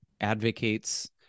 advocates